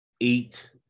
eight